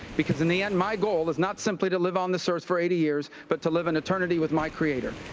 because in the end, my goal is not simply to live on this earth for eighty years, but to live an eternity with my creator.